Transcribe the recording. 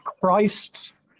Christ's